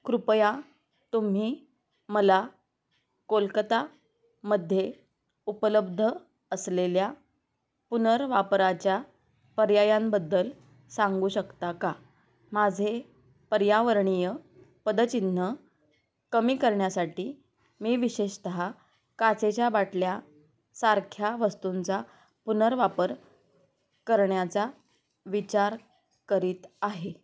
कृपया तुम्ही मला कोलकतामध्ये उपलब्ध असलेल्या पुनर्वापराच्या पर्यायांबद्दल सांगू शकता का माझे पर्यावरणीय पदचिन्न कमी करण्यासाठी मी विशेषतः काचेच्या बाटल्या सारख्या वस्तूंचा पुनर्वापर करण्याचा विचार करीत आहे